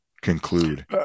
conclude